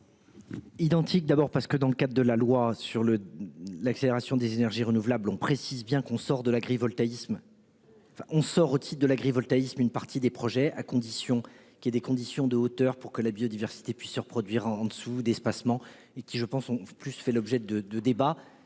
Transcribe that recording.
Identique. D'abord parce que dans le cadre de la loi sur le l'accélération des énergies renouvelables. On précise bien qu'on sort de l'agrivoltaïsme. On sort aussi de l'agrivoltaïsme une partie des projets à condition qu'il y ait des conditions de hauteur pour que la biodiversité puisse se reproduire en dessous d'espacement et qui je pense ont plus fait l'objet de débats.